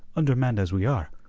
undermanned as we are,